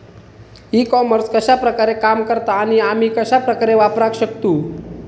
E commerce कश्या प्रकारे काम करता आणि आमी कश्या प्रकारे वापराक शकतू?